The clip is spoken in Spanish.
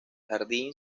jardín